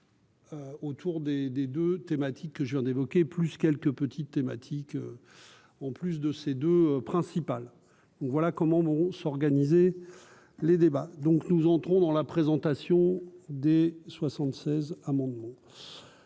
Autour des des 2 thématique que je viens d'évoquer plus quelques petites thématiques en plus de ses 2 principales voilà comment vont s'organiser les débats, donc nous entrons dans la présentation des 76 à mon